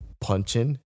punching